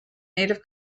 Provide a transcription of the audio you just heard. native